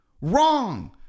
Wrong